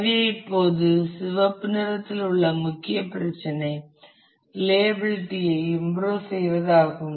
எனவே இப்போது சிவப்பு நிறத்தில் உள்ள முக்கிய பிரச்சினை ரிலையபிளிட்டி ஐ இம்புரூவ் செய்வதாகும்